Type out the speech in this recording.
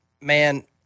man